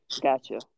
gotcha